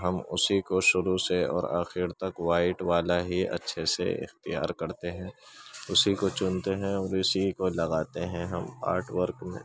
تو ہم اسی کو شروع سے آخر تک وائٹ والا ہی اچھے سے اختیار کرتے ہیں اسی کو چنتے ہیں اور اسی کو لگاتے ہیں ہم آرٹ ورک میں